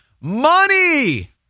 Money